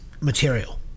material